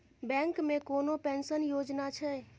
Bank मे कोनो pension योजना छै?